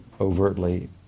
overtly